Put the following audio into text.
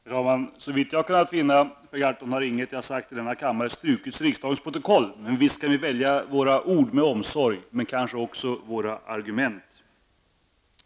Herr talman! Såvitt jag kunnat finna, Per Gahrton, har inget som jag sagt i denna kammare strukits ur riksdagens protokoll. Visst skall vi välja våra ord med omsorg, men kanske också våra argument.